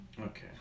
Okay